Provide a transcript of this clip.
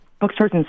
Bookstores